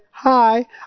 Hi